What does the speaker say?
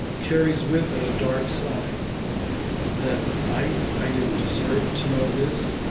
carries with it a dark side that i i didn't deserve to know this,